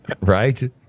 right